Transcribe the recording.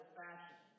fashion